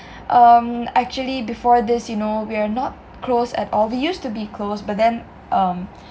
um actually before this you know we're not close at all we used to be close but then um